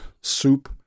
Soup